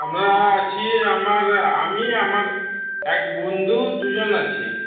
আমরা আছি আমার আমি আমার এক বন্ধু দু জন আছি